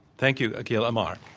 thank you, akhil amar.